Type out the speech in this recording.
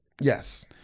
Yes